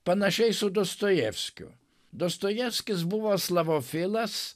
panašiai su dostojevskiu dostojevskis buvo slavofilas